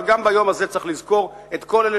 אבל גם ביום הזה צריך לזכור את כל אלה